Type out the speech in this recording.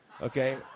Okay